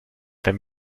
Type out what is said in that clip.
wenn